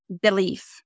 belief